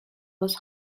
was